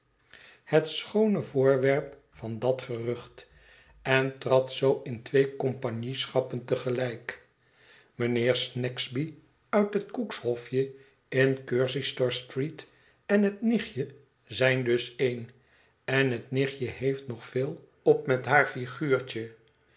het schoone voorwerp van dat gerucht en trad zoo in twee compagnieschappen te gelijk mijnheer snagsby uit het cook's hofje in cursitor street enhet nichtje zijn dus één en het nichtje heeft nog veel op met haar figuurtje